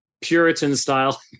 Puritan-style